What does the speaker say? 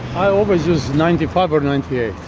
i always use ninety five or ninety eight.